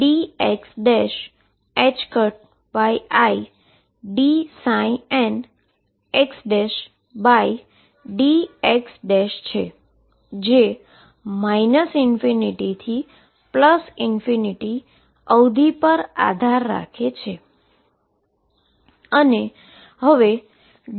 જે ∞ થી ∞∞ થી ∞∞ થી ∞ લીમીટ પર છે